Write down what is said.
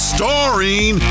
Starring